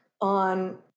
on